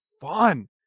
fun